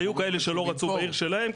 היו כאלה שלא רצו בכתובת שלהם,